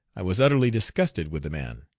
i was utterly disgusted with the man.